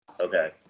Okay